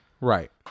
right